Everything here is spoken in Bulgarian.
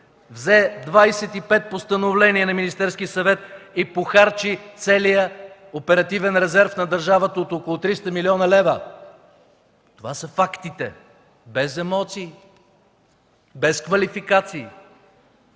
взе 25 постановления на Министерския съвет и похарчи целия оперативен резерв на държавата от около 300 млн. лв. Това са фактите, без емоции, без квалификации.